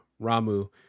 Ramu